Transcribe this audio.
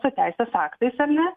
su teisės aktais ar ne